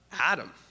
Adam